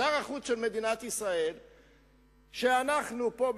שר החוץ של מדינת ישראל שאנחנו פה,